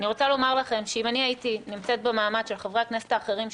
אני רוצה לומר לכם שאם הייתי נמצאת במעמד של חברי הכנסת האחרים,